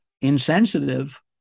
insensitive